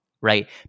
right